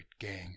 gang